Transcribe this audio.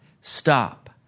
stop